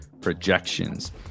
projections